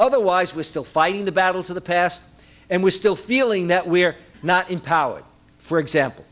otherwise we're still fighting the battles of the past and we're still feeling that we're not in power for example